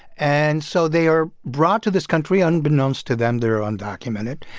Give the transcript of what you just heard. and so they are brought to this country. unbeknownst to them, they're undocumented.